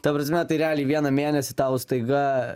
ta prasme tai realiai vieną mėnesį tau staiga